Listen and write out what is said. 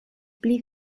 pli